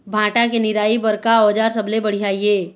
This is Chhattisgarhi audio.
भांटा के निराई बर का औजार सबले बढ़िया ये?